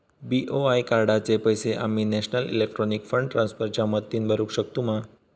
BOI कार्डाचे पैसे आम्ही नेशनल इलेक्ट्रॉनिक फंड ट्रान्स्फर च्या मदतीने भरुक शकतू मा?